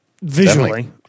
Visually